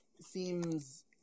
seems